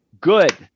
Good